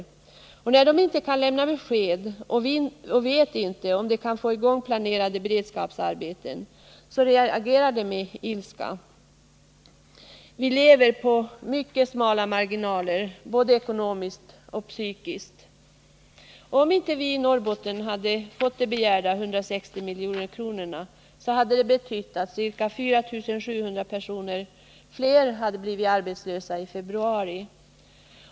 När de inte Måndagen den kan lämna besked och när de inte vet om planerade beredskapsarbeten kan 17 december 1979 kommai gång reagerar folk med ilska. Vi lever med mycket små marginaler — både ekonomiskt och psykiskt. Om beredskaps Om vi i Norrbotten inte hade fått de begärda 160 miljoner kronorna skulle — arbeten, m.m. det ha medfört att ca 4 700 personer fler hade blivit arbetslösa i februari.